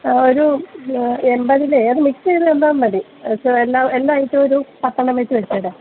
ഒരു എൺപതിലെ അതു മിക്സ്യേതു തന്നാല് മതി എല്ലാ ഐറ്റവും ഒരു പത്തെണ്ണംവച്ച് വച്ചേര്